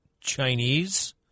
Chinese